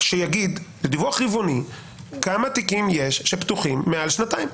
כדי שיגיד כמה תיקים יש שפתוחים מעל שנתיים,